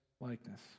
likeness